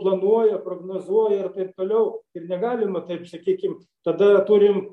planuoja prognozuoja ir taip toliau ir negalima taip sakykim tada ją turim